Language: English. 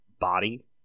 body